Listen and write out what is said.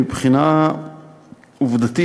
מבחינה עובדתית,